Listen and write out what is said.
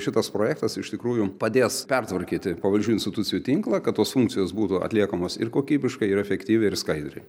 šitas projektas iš tikrųjų padės pertvarkyti pavaldžių institucijų tinklą kad tos funkcijos būtų atliekamos ir kokybiškai ir efektyviai ir skaidriai